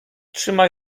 trzyma